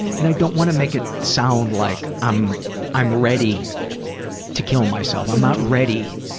and i don't want to make it sound like i'm i'm ready to kill myself. i'm not ready